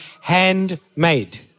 handmade